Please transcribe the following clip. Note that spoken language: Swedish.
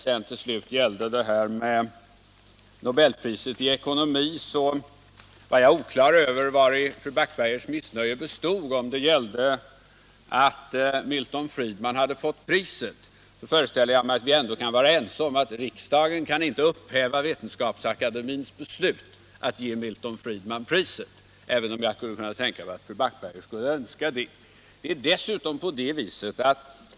Beträffande Nobelpriset i ekonomi var jag inte klar över vari fru Backbergers missnöje bestod. Om kritiken gällde det faktum att Milton Friedman hade fått priset föreställer jag mig att vi ändå kan vara överens om att riksdagen inte kan upphäva Vetenskapsakademiens beslut att ge Milton Friedman priset, även om jag skulle kunna tänka mig att fru Backberger önskar det.